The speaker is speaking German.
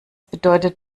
bedeutet